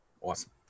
Awesome